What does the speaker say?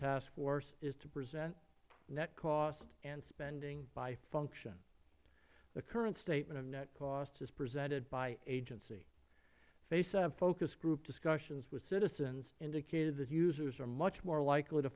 task force is to present net cost and spending by function the current statement of net costs is presented by agency fasab focus group discussions with citizens indicated that users are much more likely to